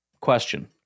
question